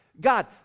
God